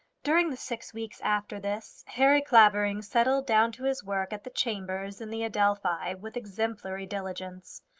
during the six weeks after this, harry clavering settled down to his work at the chambers in the adelphi with exemplary diligence.